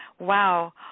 Wow